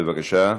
בבקשה.